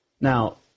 Now